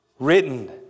written